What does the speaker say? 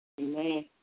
Amen